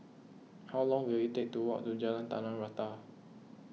how long will it take to walk to Jalan Tanah Rata